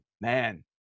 man